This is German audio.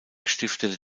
stiftete